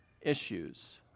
issues